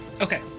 Okay